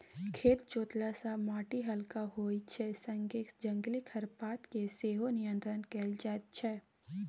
खेत जोतला सँ माटि हलका होइ छै संगे जंगली खरपात केँ सेहो नियंत्रण कएल जाइत छै